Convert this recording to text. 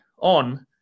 on